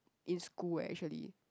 in school eh actually